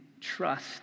trust